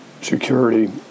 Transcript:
security